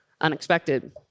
unexpected